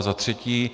A za třetí.